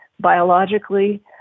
biologically